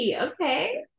okay